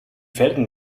felgen